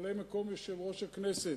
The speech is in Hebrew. ממלא-מקום יושב-ראש הכנסת: